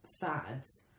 fads